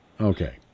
Okay